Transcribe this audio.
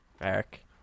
Eric